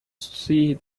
see